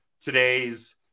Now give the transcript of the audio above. today's